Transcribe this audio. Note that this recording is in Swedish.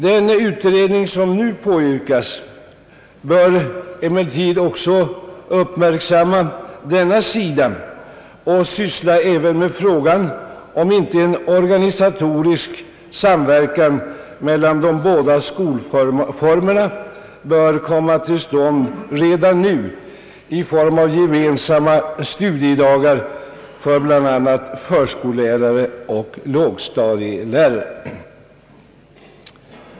Den utredning som nu påyrkas bör emellertid också uppmärksamma denna sida och syssla även med frågan om inte en organisatorisk samverkan mellan de båda skolformerna bör komma till stånd redan nu bl.a. i form av gemensamma studiedagar för förskollärare och lågstadielärare.